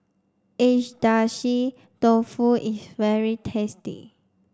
Agedashi Dofu is very tasty